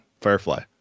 Firefly